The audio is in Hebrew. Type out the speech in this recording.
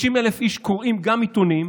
30,000 איש קוראים גם עיתונים,